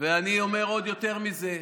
ואני אומר עוד יותר מזה: